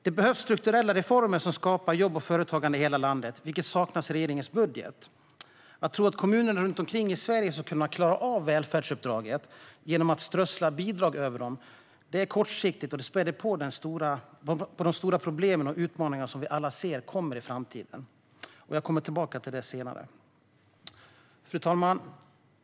Det behövs strukturella reformer som skapar jobb och företagande i hela landet. Det saknas i regeringens budget. Att tro att kommunerna runt om i Sverige ska klara av välfärdsuppdraget genom att man strösslar bidrag över dem är kortsiktigt och spär på de stora problem och utmaningar som vi alla ser komma i framtiden. Jag kommer att komma tillbaka till det. Fru talman!